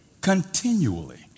continually